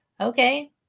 okay